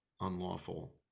unlawful